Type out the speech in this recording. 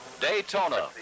Daytona